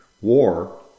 war